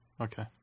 Okay